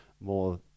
more